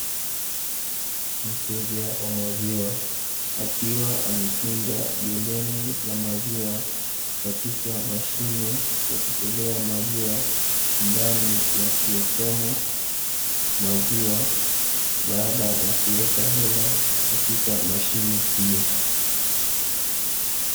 Mteja wa maziwa akiwa amekinga geleni la maziwa katika mashine ya kutolea maziwa ndani ya kiautomo maziwa, baada ya kuweka hela katika mashine hiyo.